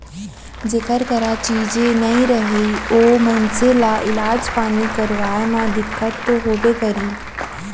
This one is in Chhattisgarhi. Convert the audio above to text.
जेकर करा चीजे नइ रही ओ मनसे ल इलाज पानी करवाय म दिक्कत तो होबे करही